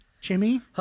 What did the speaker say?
Jimmy